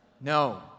No